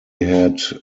had